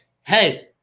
hey